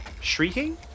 shrieking